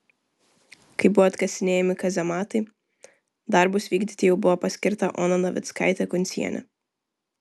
kai buvo atkasinėjami kazematai darbus vykdyti jau buvo paskirta ona navickaitė kuncienė